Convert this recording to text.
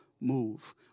move